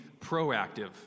proactive